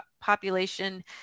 population